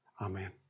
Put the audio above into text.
Amen